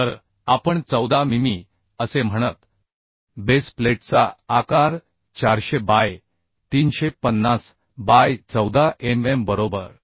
तर आपण 14 मिमी असे म्हणत बेस प्लेटचा आकार 400 बाय 350 बाय 14mm बरोबर